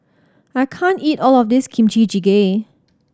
I can't eat all of this Kimchi Jjigae